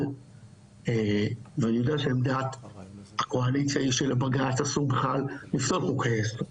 אבל ואני יודע שלדעת הקואליציה היא שלבג"צ אסור בכלל לפסול חוק יסוד.